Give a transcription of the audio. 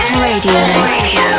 Radio